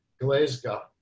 Glasgow